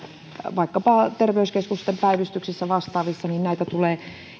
vaikkapa terveyskeskusten päivystyksissä ja vastaavissa näitä tilanteita tulee